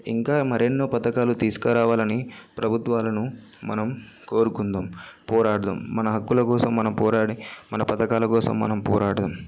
ఇంకా మరెన్నో పథకాలు తీసుకురావాలని ప్రభుత్వాలను మనం కోరుకుందాం పోరాడుదాం మన హక్కుల కోసం మనం పోరాడి మన పథకాల కోసం మనం పోరాటం